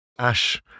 Ash